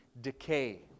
decay